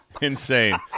Insane